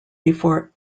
before